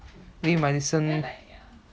maybe must listen